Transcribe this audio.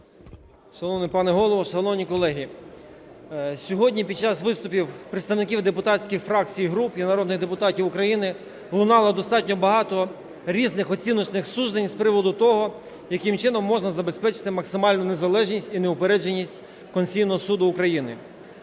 Шановний пане Голово! Шановні колеги! Сьогодні під час виступів представників депутатських фракцій і груп, і народних депутатів України, лунало достатньо багато різних оціночних суджень з приводу того, яким чином можна забезпечити максимальну незалежність і неупередженість Конституційного Суду України.